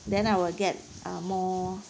then I will get uh more